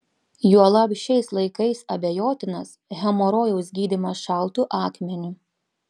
juolab šiais laikais abejotinas hemorojaus gydymas šaltu akmeniu